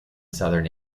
southern